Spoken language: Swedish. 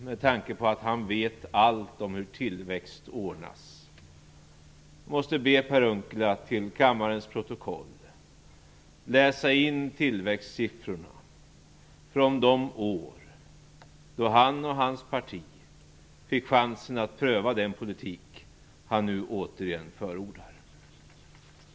Med tanke på att han vet allt om hur tillväxt ordnas måste jag be Per Unckel att till kammarens protokoll läsa in tillväxtsiffrorna från de år då han och hans parti fick chans att pröva den politik han nu återigen förordar.